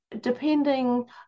depending